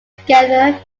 together